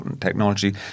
technology